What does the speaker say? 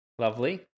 Lovely